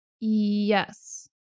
Yes